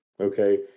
Okay